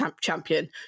champion